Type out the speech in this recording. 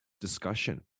discussion